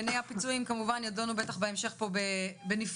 ענייני הפיצויים כמובן יידונו בטח בהמשך פה בנפרד.